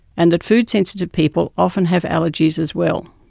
and that food sensitive people often have allergies as well.